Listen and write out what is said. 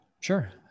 Sure